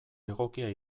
egokia